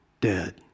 dead